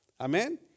Amen